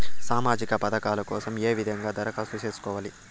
సామాజిక పథకాల కోసం ఏ విధంగా దరఖాస్తు సేసుకోవాలి